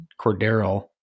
Cordero